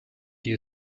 die